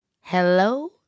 Hello